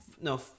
no